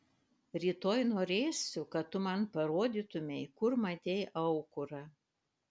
rytoj norėsiu kad tu man parodytumei kur matei aukurą